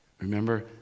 Remember